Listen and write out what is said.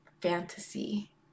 fantasy